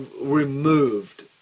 removed